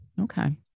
Okay